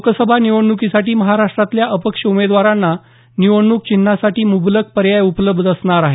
लोकसभा निवडणुकीसाठी महाराष्ट्रातल्या अपक्ष उमेदवारांना निवडणूक चिन्हासाठी मुबलक पर्याय उपलब्ध असणार आहे